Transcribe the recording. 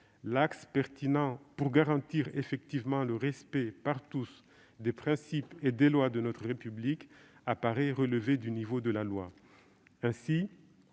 l'axe pertinent pour garantir effectivement le respect, par tous, des principes et des lois de notre République apparaît relever du niveau de la loi. Ainsi,